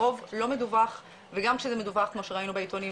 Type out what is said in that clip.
הרוב לא מדווח וגם כשזה מדווח כמו שראינו בעיתונים,